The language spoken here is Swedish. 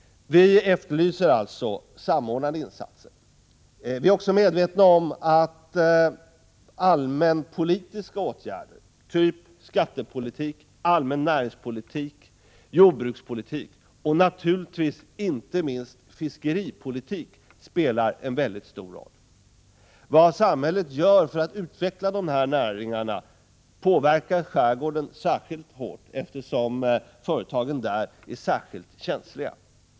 Vi efterlyser alltså samordnade insatser. Vidare är vi medvetna om att allmänpolitiska åtgärder inom områden som skattepolitik, allmän näringspolitik, jordbrukspolitik och naturligtvis inte minst fiskeripolitik spelar en väldigt stor roll. Vad samhället gör för att utveckla näringarna påverkar i särskilt hög grad skärgården, eftersom företagen där är speciellt känsliga.